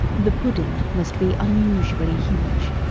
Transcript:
the pudding must be unusually huge,